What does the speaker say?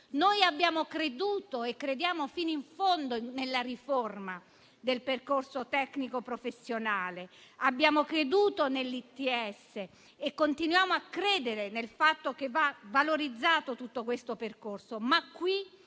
Noi abbiamo creduto e crediamo fino in fondo nella riforma del percorso tecnico professionale. Abbiamo creduto negli ITS e continuiamo a credere nel fatto che vada valorizzato tutto questo percorso. Qui,